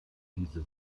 diese